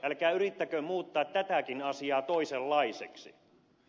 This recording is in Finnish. älkää yrittäkö muuttaa tätäkin asiaa toisenlaiseksi